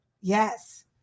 Yes